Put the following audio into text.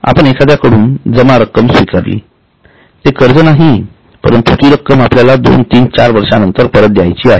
आपण एखाद्या कडून जमा रक्कम स्वीकारली ते कर्ज नाही परंतु ती रक्कम आपल्याला दोनतीनचार वर्षानंतर परत द्यायची आहे